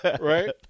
Right